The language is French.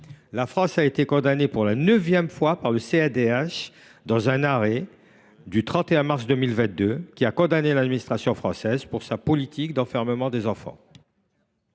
La France a été condamnée pour la neuvième fois par la CEDH dans un arrêt du 31 mars 2022, qui a condamné l’administration française pour sa politique d’enfermement des enfants.